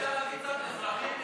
אפשר להביא קצת אזרחים מחו"ל?